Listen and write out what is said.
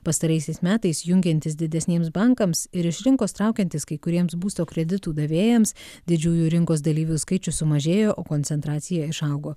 pastaraisiais metais jungiantis didesniems bankams ir iš rinkos traukiantis kai kuriems būsto kreditų davėjams didžiųjų rinkos dalyvių skaičius sumažėjo o koncentracija išaugo